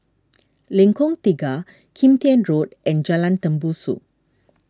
Lengkong Tiga Kim Tian Road and Jalan Tembusu